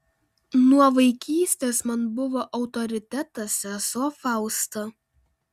nuo vaikystės man buvo autoritetas sesuo fausta